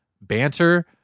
banter